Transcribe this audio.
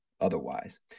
otherwise